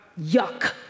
yuck